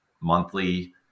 monthly